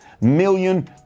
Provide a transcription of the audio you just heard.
million